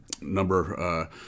number